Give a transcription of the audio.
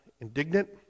indignant